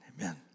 Amen